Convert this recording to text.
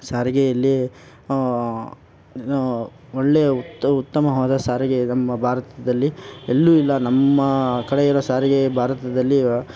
ಸಾರಿಗೆಯಲ್ಲಿ ಒಳ್ಳೆಯ ಉತ್ ಉತ್ತಮವಾದ ಸಾರಿಗೆ ನಮ್ಮ ಭಾರತದಲ್ಲಿ ಎಲ್ಲೂ ಇಲ್ಲ ನಮ್ಮ ಕಡೆ ಇರೋ ಸಾರಿಗೆ ಭಾರತದಲ್ಲಿ